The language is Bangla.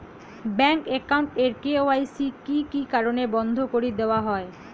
ব্যাংক একাউন্ট এর কে.ওয়াই.সি কি কি কারণে বন্ধ করি দেওয়া হয়?